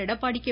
Edappadi K